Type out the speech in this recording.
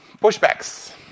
pushbacks